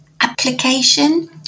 application